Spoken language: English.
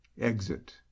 Exit